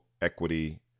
equity